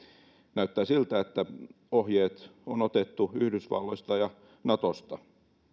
näyttää siltä että ohjeet on otettu yhdysvalloista ja natosta